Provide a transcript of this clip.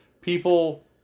people